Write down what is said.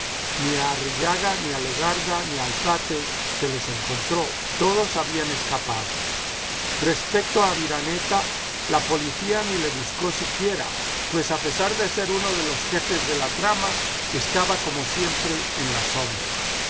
ni a arrillaga ni a legarda ni a álzate se les encontró todos habían escapado respecto a aviraneta la policía ni le buscó siquiera pues a pesar de ssr uno de los jefes de la trama estaba como siempre en la sombra